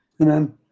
Amen